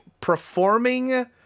performing